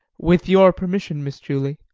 with your permission, miss julie.